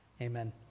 Amen